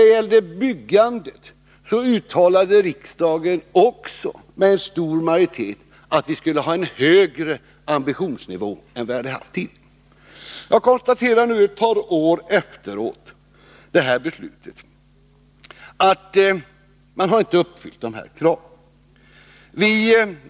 I fråga om byggandet uttalade riksdagen också med stor majoritet att vi skulle ha en högre ambitionsnivå än tidigare. Jag konstaterar nu, ett par år efter detta beslut, att man inte har uppfyllt dessa krav.